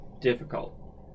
Difficult